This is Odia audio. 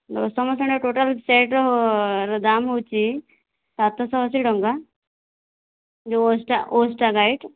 ଦଶମ ଶ୍ରେଣୀର ଟୋଟାଲ୍ ସେଟ୍ର ଦାମ ହେଉଛି ସାତ ଶହ ଅଶି ଟଙ୍କା ଯେଉଁ ଓଷ୍ଟା ଓଷ୍ଟା ଗାଇଡ଼